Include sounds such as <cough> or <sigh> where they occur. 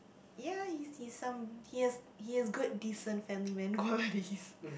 ya he's he's some he has he has good decent family man <laughs> qualities